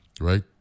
right